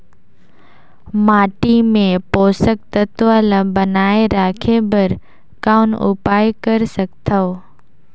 माटी मे पोषक तत्व ल बनाय राखे बर कौन उपाय कर सकथव?